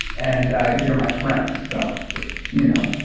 and you're my friend, so you know.